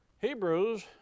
Hebrews